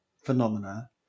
phenomena